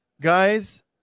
guys